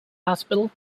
hospital